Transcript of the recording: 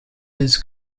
his